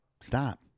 stop